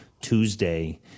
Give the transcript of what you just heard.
tuesday